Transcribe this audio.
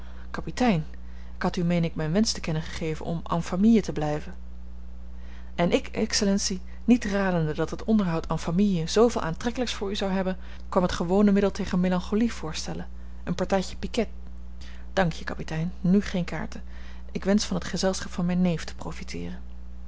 kapitein ik had u meen ik mijn wensch te kennen gegeven om en famille te blijven en ik excellentie niet radende dat het onderhoud en famille zooveel aantrekkelijks voor u zou hebben kwam het gewone middel tegen melancholie voorstellen een partijtje piquet dank je kapitein nù geen kaarten ik wensch van het gezelschap van mijn neef te profiteeren